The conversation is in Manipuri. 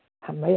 ꯊꯝꯃꯦ